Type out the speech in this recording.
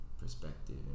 perspective